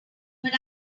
but